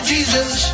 Jesus